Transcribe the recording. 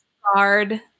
hard